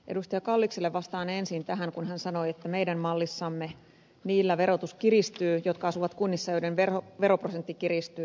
kallikselle vastaan ensin siihen kun hän sanoi että meidän mallissamme verotus kiristyy niillä jotka asuvat kunnissa joiden veroprosentti kiristyy